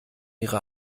ihre